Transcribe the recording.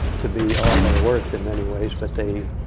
to be all they're worth, in many ways. but they